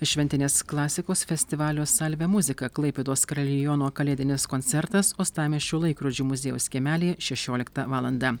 šventinės klasikos festivalio salve muzika klaipėdos kariliono kalėdinis koncertas uostamiesčio laikrodžių muziejaus kiemelyje šešioliktą valandą